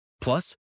Plus